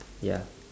ya